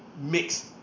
mixed